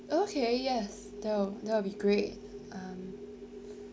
okay yes that'll that will be great um